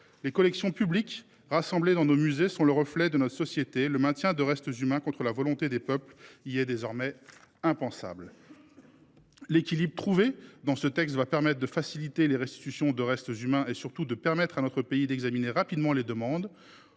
Les collections publiques rassemblées dans nos musées sont le reflet de notre société. Le maintien de restes humains contre la volonté des peuples y est désormais impensable. L’équilibre trouvé dans ce texte va permettre de faciliter les restitutions de restes humains et, surtout, il va permettre à notre pays d’examiner rapidement les demandes.